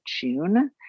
June